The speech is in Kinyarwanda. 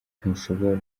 ntishobora